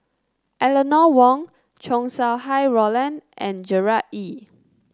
Eleanor Wong Chow Sau Hai Roland and Gerard Ee